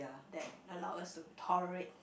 that allow us to tolerate